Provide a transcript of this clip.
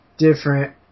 different